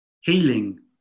healing